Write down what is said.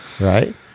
right